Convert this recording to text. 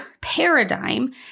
paradigm